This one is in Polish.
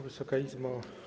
Wysoka Izbo!